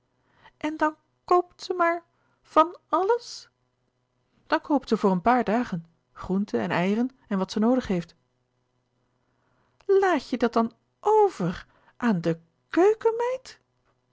en dan koopt ze maar van àlles dan koopt ze voor een paar dagen groenten en eieren en wat ze noodig heeft laat je dat dan o v e r aan de k